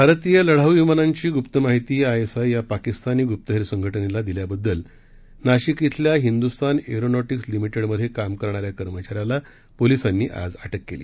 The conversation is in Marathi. भारतीय लढाऊ विमानांची ग्रुप्त माहिती आय एस आय या पाकिस्तानी ग्रुप्तहेर संघटनेला दिल्या बद्दल नाशीक इथल्या हिंदुस्तान एरोनॉटिक्स लिमिटेड मधे काम करणाऱ्या कर्मचाऱ्याला पोलिसांनी आज अटक केली